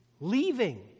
leaving